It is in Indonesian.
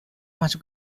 masuk